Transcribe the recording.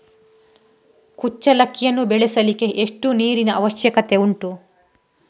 ಕುಚ್ಚಲಕ್ಕಿಯನ್ನು ಬೆಳೆಸಲಿಕ್ಕೆ ಎಷ್ಟು ನೀರಿನ ಅವಶ್ಯಕತೆ ಉಂಟು?